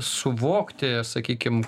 suvokti sakykim